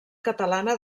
catalana